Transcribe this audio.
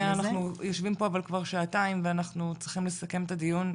אנחנו יושבים פה כבר שעתיים ואנחנו צריכים לסכם את הדיון,